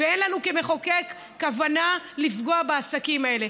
ואין לנו כמחוקק כוונה לפגוע בעסקים האלה.